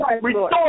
restore